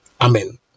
Amen